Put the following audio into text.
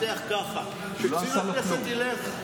הוא עשה למאבטח ככה, שקצין הכנסת ילך.